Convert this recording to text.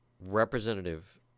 representative